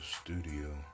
studio